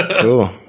Cool